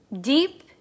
deep